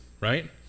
right